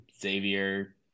Xavier